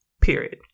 Period